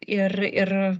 ir ir